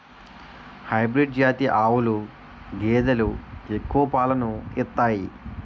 hybrid జాతి ఆవులు గేదెలు ఎక్కువ పాలను ఇత్తాయి